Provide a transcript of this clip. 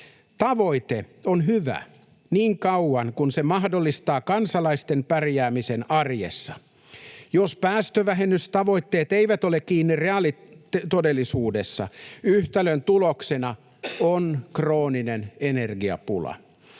Tavoite on hyvä niin kauan kuin se mahdollistaa kansalaisten pärjäämisen arjessa. Jos päästövähennystavoitteet eivät ole kiinni reaalitodellisuudessa, yhtälön tuloksena on krooninen energiapula.